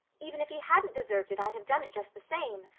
even if he hadn't deserved it i'd have done it just the same.